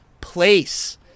place